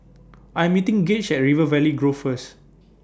I Am meeting Gage At River Valley Grove First